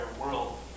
world